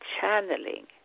channeling